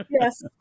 Yes